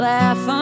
Laugh